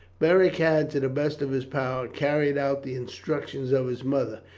beric had, to the best of his power, carried out the instructions of his mother.